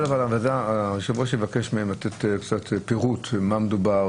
היושב-ראש יבקש לקבל פירוט במה מדובר,